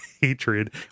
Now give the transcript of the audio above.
Hatred